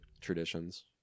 traditions